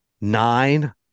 nine